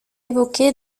évoquée